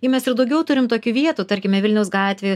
ir mes ir daugiau turim tokių vietų tarkime vilniaus gatvėj